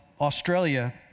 Australia